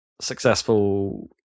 Successful